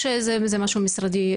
או שזה משהו משרדי פנימי?